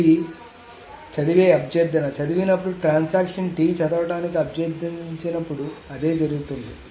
అది చదివే అభ్యర్థన చదివినప్పుడు ట్రాన్సాక్షన్ T చదవడానికి అభ్యర్థించినప్పుడు అదే జరుగుతుంది